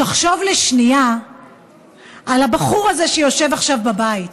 תחשוב לשנייה על הבחור הזה שיושב עכשיו בבית,